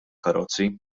karozzi